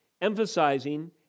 emphasizing